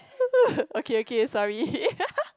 okay okay sorry